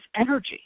energy